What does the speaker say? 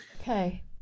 Okay